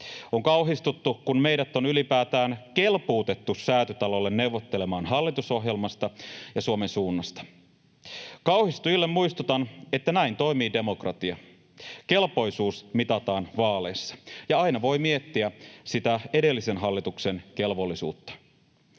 On kauhistuttu, kun meidät on ylipäätään kelpuutettu Säätytalolle neuvottelemaan hallitusohjelmasta ja Suomen suunnasta. Kauhistujille muistutan, että näin toimii demokratia. Kelpoisuus mitataan vaaleissa. Ja aina voi miettiä sitä edellisen hallituksen kelvollisuutta: